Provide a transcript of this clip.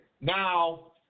now